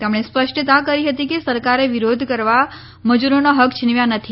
તેમણે સ્પષ્ટતા કરી હતી કે સરકારે વિરોધ કરવા મજૂરોના હક છીનવ્યા નથી